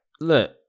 look